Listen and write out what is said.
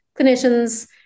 clinicians